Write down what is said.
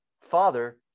father